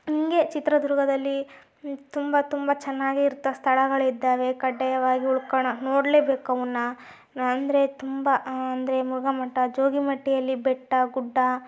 ಹಿಗೆ ಚಿತ್ರದುರ್ಗದಲ್ಲಿ ತುಂಬ ತುಂಬ ಚೆನ್ನಾಗಿ ಇರ್ತ ಸ್ಥಳಗಳಿದ್ದಾವೆ ಕಡ್ಡಾಯವಾಗಿ ಉಳ್ಕೊಳ್ಳೋ ನೋಡಲೇಬೇಕು ಅವನ್ನ ಅಂದರೆ ತುಂಬ ಅಂದರೆ ಮೂಗಮಂಟಪ ಜೋಗಿಮಟ್ಟಿಯಲ್ಲಿ ಬೆಟ್ಟ ಗುಡ್ಡ